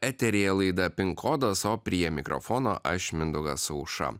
eteryje laida pin kodas o prie mikrofono aš mindaugas aušra